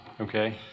okay